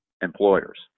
employers